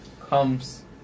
comes